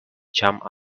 jumped